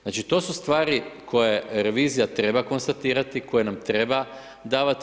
Znači, to su stvari koje revizija treba konstatirati, koje nam treba davati.